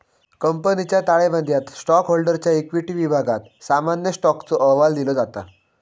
कंपनीच्या ताळेबंदयात स्टॉकहोल्डरच्या इक्विटी विभागात सामान्य स्टॉकचो अहवाल दिलो जाता